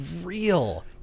real